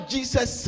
Jesus